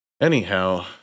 Anyhow